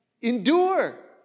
endure